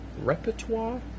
Repertoire